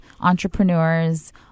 entrepreneurs